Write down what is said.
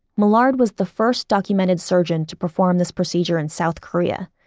millard was the first documented surgeon to perform this procedure in south korea,